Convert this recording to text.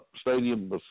stadium